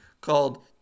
called